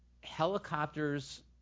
Helicopters